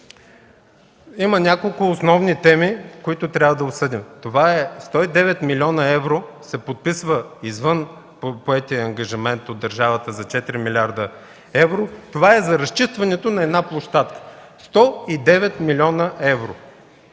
има няколко основни теми, които трябва да обсъдим. Това е – 109 млн. евро се подписва извън поетия ангажимент от държавата за 4 млрд. евро. Това е за разчистването на една площадка – 109 млн. евро.